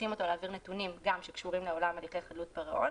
מסמיכים אותו להעביר נתונים שקשורים גם לעולם הליכי חדלות פירעון.